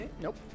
Nope